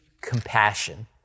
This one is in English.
compassion